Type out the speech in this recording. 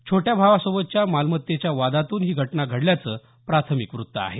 छोट्या भावासोबतच्या मालमत्तेच्या वादातून ही घटना घडल्याच प्राथमिक वृत्त आहे